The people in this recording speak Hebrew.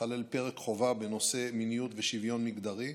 ייכלל פרק חובה בנושא מיניות ושוויון מגדרי.